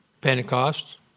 Pentecost